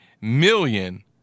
million